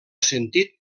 sentit